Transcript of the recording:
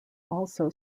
also